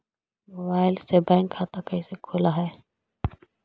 Mobile से bank खाता कैसे खुल है?